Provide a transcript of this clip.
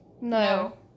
No